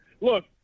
Look